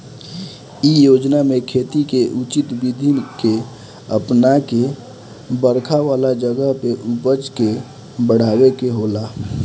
इ योजना में खेती के उचित विधि के अपना के बरखा वाला जगह पे उपज के बढ़ावे के होला